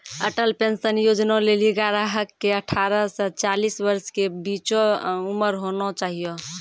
Atal pension Yojana लेली ग्राहक के अठारह से चालीस वर्ष के बीचो उमर होना चाहियो